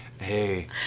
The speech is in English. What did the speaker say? hey